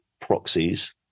proxies